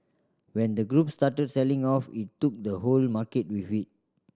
when the group started selling off it took the whole market with it